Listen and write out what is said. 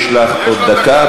יש לך עוד דקה.